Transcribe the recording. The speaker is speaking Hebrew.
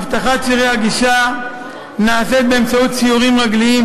אבטחת צירי הגישה נעשית באמצעות סיורים רגליים,